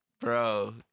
bro